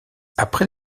après